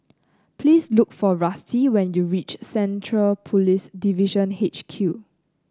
please look for Rusty when you reach Central Police Division H Q